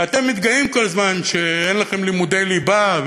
אתם מתגאים כל הזמן שאין לכם לימודי ליבה.